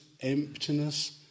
emptiness